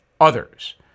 others